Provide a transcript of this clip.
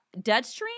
Deadstream